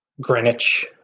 Greenwich